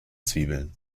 zwiebeln